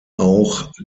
auch